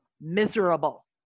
miserable